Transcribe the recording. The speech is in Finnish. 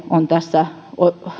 on tässä